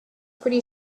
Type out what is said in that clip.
pretty